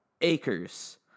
acres